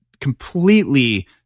completely